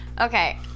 Okay